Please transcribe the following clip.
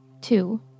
Two